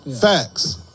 facts